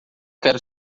quero